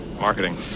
Marketing